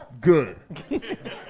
Good